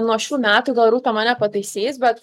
nuo šių metų gal rūta mane pataisys bet